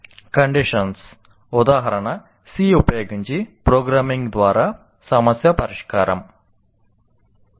conditions ఉదాహరణ "C ఉపయోగించి programming ద్వారా సమస్య పరిష్కారం"